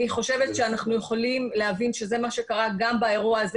אני חושבת שאנחנו יכולים להבין שזה מה שקרה גם באירוע הזה.